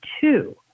two